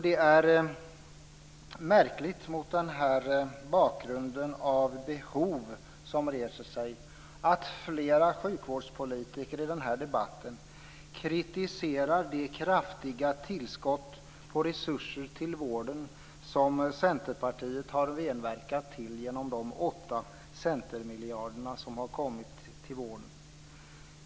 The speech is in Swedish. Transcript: Det är märkligt mot den här bakgrunden av behov som reser sig att flera sjukvårdspolitiker i denna debatt kritiserar det kraftiga tillskott av resurser till vården som Centerpartiet har medverkat till genom de åtta centermiljarderna som har kommit till vården.